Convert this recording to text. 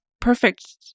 perfect